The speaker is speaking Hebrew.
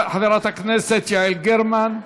חברת הכנסת יעל גרמן,